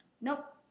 Nope